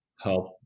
help